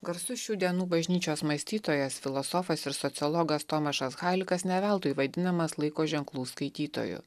garsus šių dienų bažnyčios mąstytojas filosofas ir sociologas tomašas halikas ne veltui vadinamas laiko ženklų skaitytoju